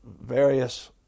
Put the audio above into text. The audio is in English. various